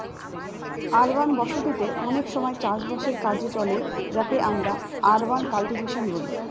urban বসতি তে অনেক সময় চাষ বাসের কাজে চলে যাকে আমরা আরবান কাল্টিভেশন বলি